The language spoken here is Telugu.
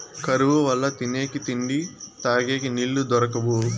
కరువు వల్ల తినేకి తిండి, తగేకి నీళ్ళు దొరకవు